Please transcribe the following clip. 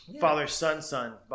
Father-son-son